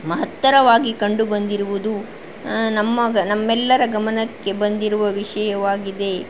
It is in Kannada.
ಮಹತ್ತರವಾಗಿ ಕಂಡುಬಂದಿರುವುದು ನಮ್ಮ ನಮ್ಮರೆಲ್ಲರ ಗಮನಕ್ಕೆ ಬಂದಿರುವ ವಿಷಯವಾಗಿದೆ